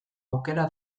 aukera